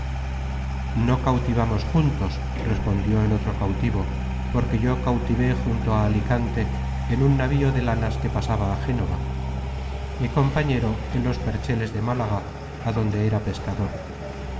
no cautivamos juntos respondió el otro cautivo porque yo cautivé junto á alicante en un navío de lanas que pasaba á génova mi compañero en los percheles de málaga adonde era pescador